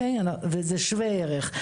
וזה שווה ערך.